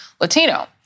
Latino